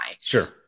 Sure